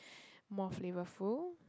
more flavorful